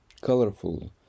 colorful